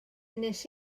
wnes